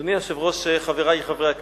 אדוני היושב-ראש, חברי חברי הכנסת,